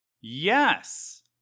Yes